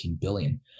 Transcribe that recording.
billion